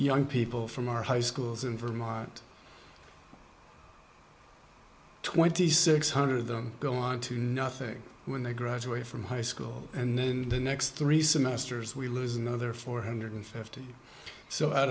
young people from our high schools in vermont twenty six hundred of them go on to nothing when they graduate from high school and then the next three semesters we lose another four hundred fifty so out